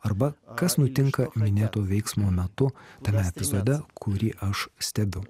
arba kas nutinka minėto veiksmo metu tame epizode kurį aš stebiu